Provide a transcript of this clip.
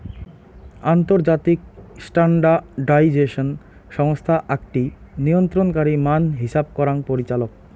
আন্তর্জাতিক স্ট্যান্ডার্ডাইজেশন সংস্থা আকটি নিয়ন্ত্রণকারী মান হিছাব করাং পরিচালক